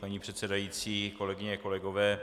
Paní předsedající, kolegyně a kolegové,